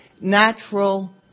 natural